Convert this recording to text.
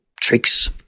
tricks